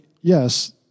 yes